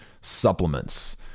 supplements